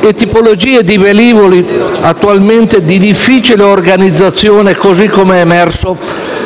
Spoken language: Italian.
e una tipologia di velivoli attualmente di difficile organizzazione, così com'è emerso